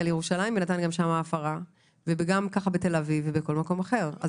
לירושלים ונתן גם שם הפרה וכך גם בתל אביב ובכל מקום אחר.